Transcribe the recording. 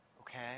Okay